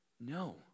No